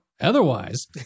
Otherwise